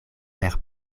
per